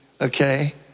okay